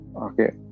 Okay